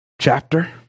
chapter